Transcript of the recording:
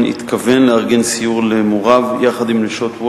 התכוון לארגן סיור למוריו יחד עם "מחסום Watch"